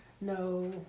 no